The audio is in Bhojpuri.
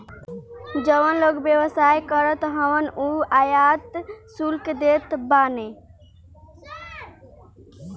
जवन लोग व्यवसाय करत हवन उ आयात शुल्क देत बाने